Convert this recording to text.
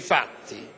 fatti.